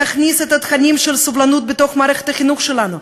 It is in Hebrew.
תכניס את התכנים של הסובלנות לתוך מערכת החינוך שלנו,